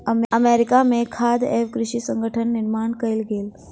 America में खाद्य एवं कृषि संगठनक निर्माण कएल गेल